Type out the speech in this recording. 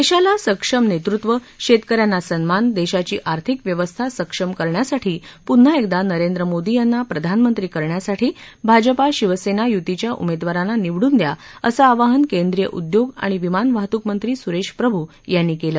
देशाला सक्षम नेतृत्व शेतकऱ्यांना सन्मान देशाची आर्थिक व्यवस्था सक्षम करण्यासाठी प्न्हा एकदा नरेंद्र मोदी यांना प्रधानमंत्री करण्यासाठी भाजपा शिवसेना य्तीच्या उमेदवारांना निवडून दया असं आवाहन केंद्रीय उद्योग आणि विमान वाहतूक मंत्री स्रेश प्रभू यांनी केलं